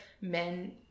men